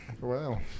Wow